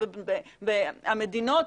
המדינות,